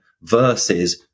versus